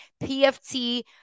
PFT